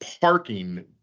parking